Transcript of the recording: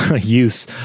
use